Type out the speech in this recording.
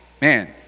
Man